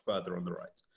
further on the right.